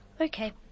Okay